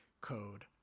code